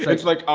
it's like,